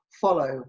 follow